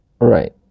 Right